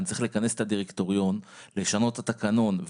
אני צריך לכנס את הדירקטוריון לשנות את התקנון.